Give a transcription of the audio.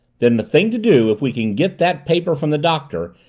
then the thing to do, if we can get that paper from the doctor,